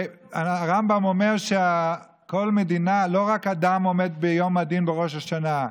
הרמב"ם אומר שלא רק אדם עומד לדין בראש השנה,